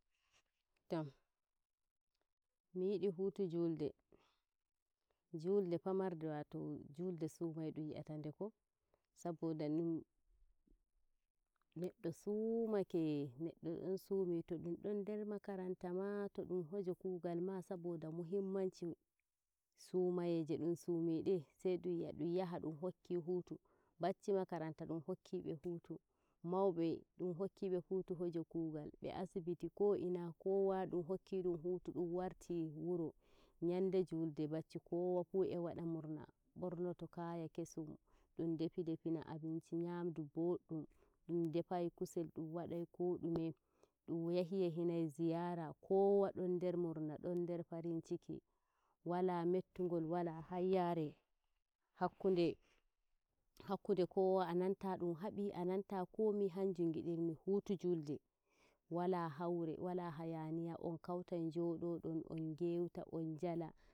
tom, miyiɗi huutu julde julde famarde waato julde sumaye dun wiata nde ko? saboda neɗɗo sumake, neɗɗo donsuumi to ɗun ɗon der makaranta ma, to ɗun haje kugal ma saboda muhimmanci sumayeje dun suumi de, sai dum wi'ah dum hokki huutu bacci makaranta dun hokki be huutu naube dun hokki be huutu hoje kungal be asibityi ko ina kowa hokki dum hutu ɗum warta wuro nyande julde, bacci kowa fu e waɗa murna bornoto kaya kesum, dun defi defina abinci nyamdu boddum ndum defay kusel dun wadai ko dume du yahi yahinai ziyara, kowa don nder murna don nder farinciki wala hayyare hakkunde kowa a nanta dun habi a nanta komai. kannjum ngidirmi hutu julde wala haure, wala hayaniya on kautei njoɗoɗon on ngeuta on nyala.